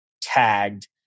tagged